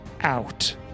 out